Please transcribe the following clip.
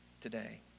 today